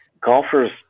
Golfers